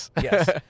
Yes